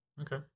Okay